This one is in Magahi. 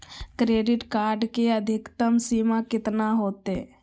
क्रेडिट कार्ड के अधिकतम सीमा कितना होते?